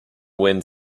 wind